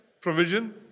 provision